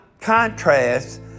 contrasts